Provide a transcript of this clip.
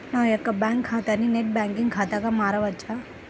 నా యొక్క బ్యాంకు ఖాతాని నెట్ బ్యాంకింగ్ ఖాతాగా మార్చవచ్చా?